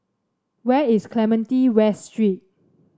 where is Clementi West Street